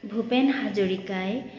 ভূপেন হাজৰিকাই